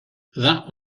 that